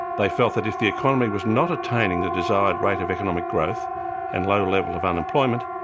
they felt that if the economy was not attaining the desired rate of economic growth and low level of unemployment,